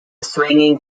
swinging